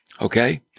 Okay